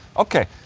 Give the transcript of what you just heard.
ok,